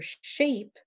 shape